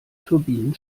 turbinen